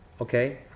okay